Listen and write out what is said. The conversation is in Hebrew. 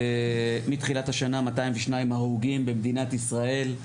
מתחילת השנה 202 הרוגים במדינת ישראל,